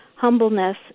humbleness